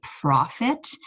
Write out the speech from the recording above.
profit